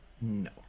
No